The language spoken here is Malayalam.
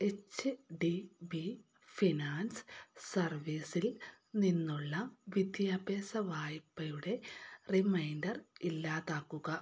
എച്ച് ഡി ബി ഫിനാൻസ് സർവീസിൽ നിന്നുള്ള വിദ്യാഭ്യാസ വായ്പയുടെ റിമൈൻഡർ ഇല്ലാതാക്കുക